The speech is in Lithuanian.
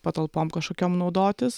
patalpom kažkokiam naudotis